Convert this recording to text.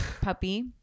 Puppy